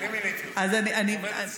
אני מיניתי אותו, הוא עובד אצלי.